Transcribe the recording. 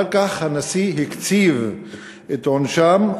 אחר כך הנשיא קצב את עונשם,